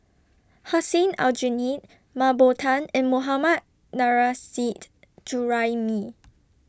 Hussein Aljunied Mah Bow Tan and Mohammad Nurrasyid Juraimi